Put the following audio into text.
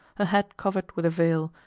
her head covered with a veil,